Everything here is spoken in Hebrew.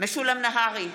משולם נהרי,